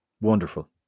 Wonderful